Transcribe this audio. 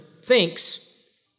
thinks